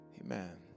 Amen